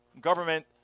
government